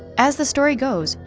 as the story goes,